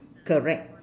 correct